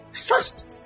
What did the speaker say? First